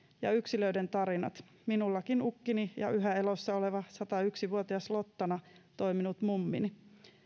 ja yksilöiden tarinat minullakin ukkini ja yhä elossa oleva satayksi vuotias lottana toiminut mummini